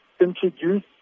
introduce